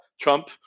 Trump